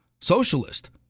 socialist